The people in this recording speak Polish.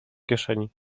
kieszeni